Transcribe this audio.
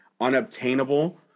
unobtainable